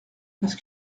parce